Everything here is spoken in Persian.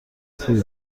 خوبی